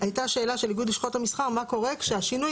והייתה שאלה של איגוד לשכות המסחר מה קורה כשהשינוי